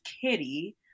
Kitty